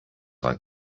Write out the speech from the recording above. like